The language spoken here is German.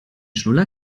schnuller